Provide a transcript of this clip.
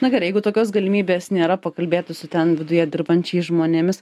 na gerai jeigu tokios galimybės nėra pakalbėti su ten viduje dirbančiais žmonėmis